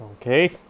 Okay